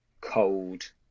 cold